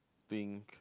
think